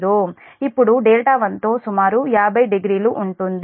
ఇప్పుడు 1 తో సుమారు 500 ఉంటుంది